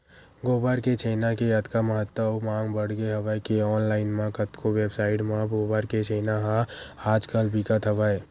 गोबर के छेना के अतका महत्ता अउ मांग बड़गे हवय के ऑनलाइन म कतको वेबसाइड म गोबर के छेना ह आज कल बिकत हवय